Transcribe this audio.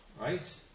Right